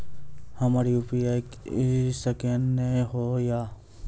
हमर UPI scan नेय हो या?